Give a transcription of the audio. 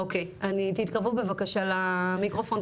אוקיי, תתקרבו בבקשה למיקרופון.